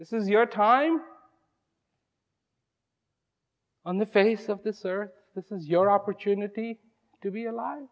this is your time on the face of this or this is your opportunity to be alive